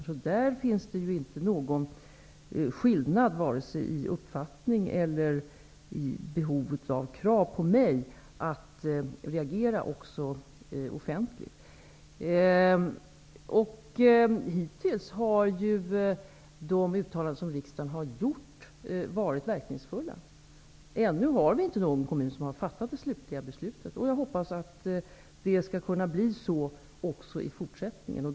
I det avseendet finns det alltså inte någon skillnad vare sig i uppfattning eller i behovet av krav på mig att reagera också offentligt. Hittills har ju de uttalanden som riksdagen har gjort varit verkningsfulla. Ännu har ingen kommun fattat det slutliga beslutet, och jag hoppas att ingen heller i fortsättningen skall fatta det beslutet.